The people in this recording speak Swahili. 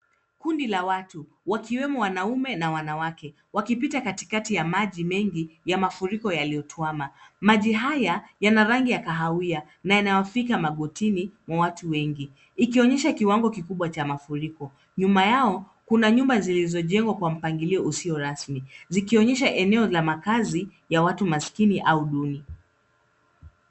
Kundi la watu wakiwemo wanaume na wanawake wakipita kati ya maji mengi ya mafuriki yaliyotuama. Maji haya yana rangi ya kahawia na yanayofika magotini ya watu wengi ikionyesha kiwango kikubwa cha mafuriko. Nyuma yao kuna nyumba zilizojengwa kwa mpangilio usio rasmi zikionyesha eneo la makaazi ya watu maskini au duni.